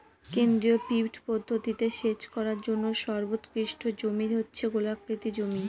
কেন্দ্রীয় পিভট পদ্ধতিতে সেচ করার জন্য সর্বোৎকৃষ্ট জমি হচ্ছে গোলাকৃতি জমি